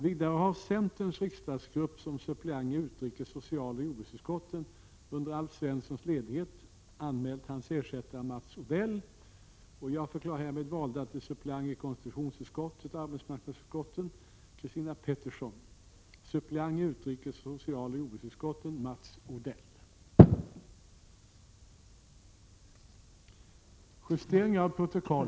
Vidare har centerns riksdagsgrupp som suppleant i utrikes-, socialoch jordbruksutskotten under Alf Svenssons ledighet anmält hans ersättare Mats Odell.